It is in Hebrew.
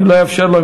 אני לא אאפשר לו,